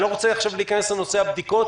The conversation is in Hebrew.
אני לא רוצה עכשיו להיכנס לנושא הבדיקות,